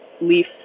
leaf